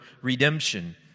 redemption